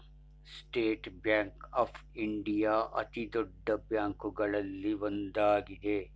state Bank of India ಅತಿದೊಡ್ಡ ಬ್ಯಾಂಕುಗಳಲ್ಲಿ ಒಂದಾಗಿದೆ